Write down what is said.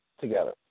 together